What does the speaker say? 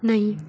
नहीं